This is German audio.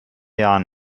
jahren